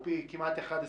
או פי כמעט 11 מהמותר.